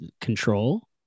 control